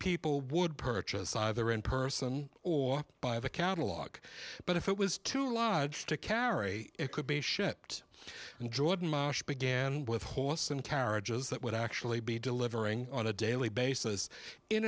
people would purchase either in person or by the catalog but if it was to lodge to carry it could be shipped in jordan marsh began with horses and carriages that would actually be delivering on a daily basis in